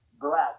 black